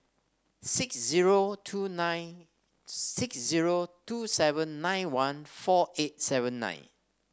six zero two nine six zero two seven nine one four eight seven nine